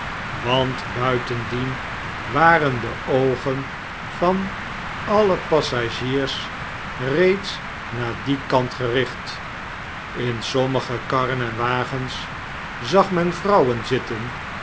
want buitendien waren de oogen van alle passagiers reeds naar dien kant gericht in sommige karren en wagens zag men jvrouwen zitten